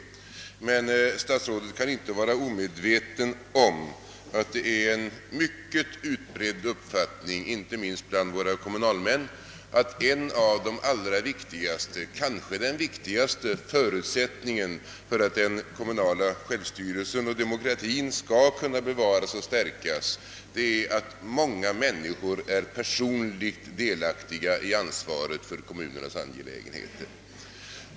Emellertid kan statsrådet inte vara omedveten om att det är en mycket utbredd uppfattning, inte minst bland våra kommunalmän, att en av de allra viktigaste förutsättningarna, kanske den viktigaste, för att den kommunala självstyrelsen och demokratin skall kunna bevaras och stärkas är, att många människor är personligt delaktiga i ansvaret för kommunernas angelägenheter.